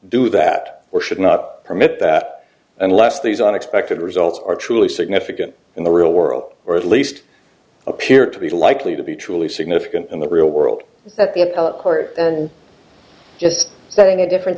do that or should not permit that unless these unexpected results are truly significant in the real world or at least appear to be likely to be truly significant in the real world that the appellate court and just setting a different